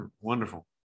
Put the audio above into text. wonderful